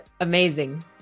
amazing